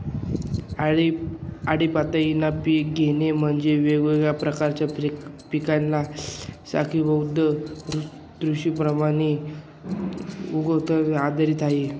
आळीपाळीने पिक घेणे म्हणजे, वेगवेगळ्या प्रकारच्या पिकांना साखळीबद्ध ऋतुमानाप्रमाणे उगवण्यावर आधारित आहे